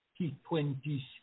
T20